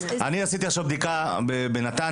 אני עשיתי עכשיו בדיקה בנתניה,